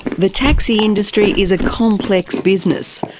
the taxi industry is a complex business.